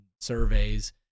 surveys